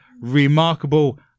remarkable